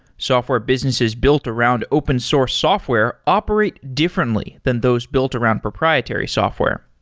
software businesses built around open source software operate differently than those built around proprietary software.